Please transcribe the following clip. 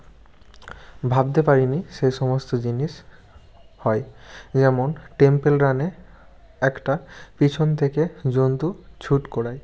ভাবতে পারি নি সেই সমস্ত জিনিস হয় যেমন টেম্পেল রানে একটা পিছন থেকে জন্তু ছুট করায়